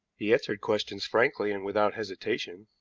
he answered questions frankly and without hesitation.